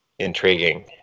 Intriguing